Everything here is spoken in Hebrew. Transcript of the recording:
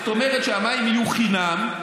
זאת אומרת שהמים יהיו חינם.